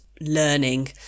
learning